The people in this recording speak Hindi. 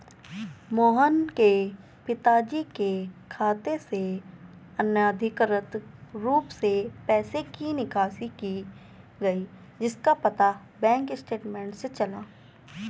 मोहन के पिताजी के खाते से अनधिकृत रूप से पैसे की निकासी की गई जिसका पता बैंक स्टेटमेंट्स से चला